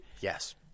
Yes